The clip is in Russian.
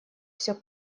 все